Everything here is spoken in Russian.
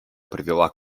привела